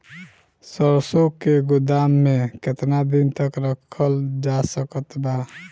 सरसों के गोदाम में केतना दिन तक रखल जा सकत बा?